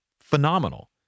phenomenal